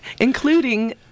including